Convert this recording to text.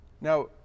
Now